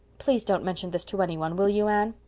please don't mention this to any one, will you, anne?